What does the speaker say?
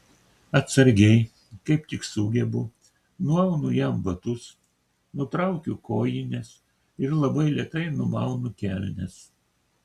atsargiai kaip tik sugebu nuaunu jam batus nutraukiu kojines ir labai lėtai numaunu kelnes